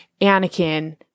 Anakin